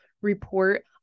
report